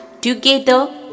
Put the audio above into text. together